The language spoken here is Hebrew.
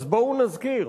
אז בואו נזכיר